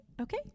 okay